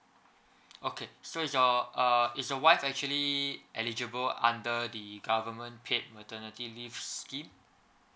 okay so is your err is your wife actually eligible under the government paid maternity leave scheme